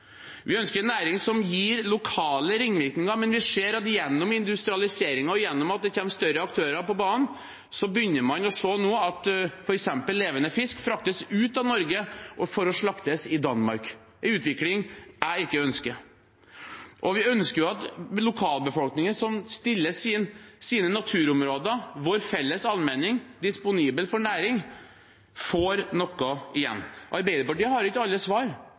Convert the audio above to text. Vi ønsker en næring som gir lokale ringvirkninger, men vi ser at gjennom industrialisering og gjennom at det kommer større aktører på banen, begynner man nå å se f.eks. at levende fisk fraktes ut av Norge for å slaktes i Danmark, en utvikling jeg ikke ønsker. Og vi ønsker at lokalbefolkningen som stiller sine naturområder – vår felles allmenning – disponible for næring, får noe igjen. Arbeiderpartiet har ikke alle svar,